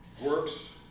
Works